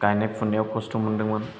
गायनाय फुनायाव खस्थ' मोनदोंमोन